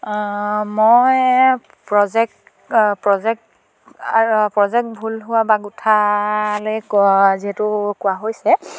মই project project project ভুল হোৱা বা গোঠালৈ যিহেতু কোৱা হৈছে